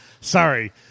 sorry